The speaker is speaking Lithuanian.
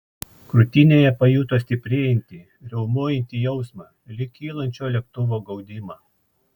krūtinėje pajuto stiprėjantį riaumojantį jausmą lyg kylančio lėktuvo gaudimą